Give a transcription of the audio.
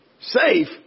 Safe